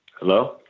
Hello